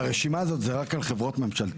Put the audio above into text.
הרשימה הזאת זה רק על חברות ממשלתיות?